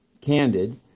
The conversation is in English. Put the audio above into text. candid